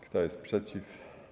Kto jest przeciw?